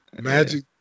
Magic